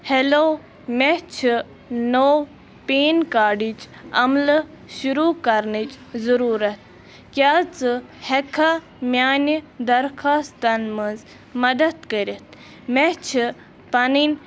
hello مےٚ چھِ نوٚو پین کارڈٕچ عملہٕ شروٗع کَرنٕچ ضروٗرَت کیٛاہ ژٕ ہٮ۪کٕکھا میٛانہِ درخواستَن منٛز مدتھ کٔرِتھ مےٚ چھِ پَنٕنۍ